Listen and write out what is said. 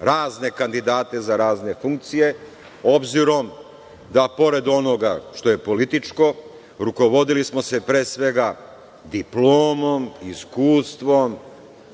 razne kandidate za razne funkcije, obzirom da, pored onoga što je političko, rukovodili smo se, pre svega, diplomom iskustvom,